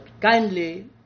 kindly